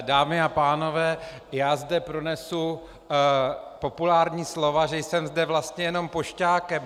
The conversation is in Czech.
Dámy a pánové, já zde pronesu populární slova, že jsem zde vlastně jenom pošťákem.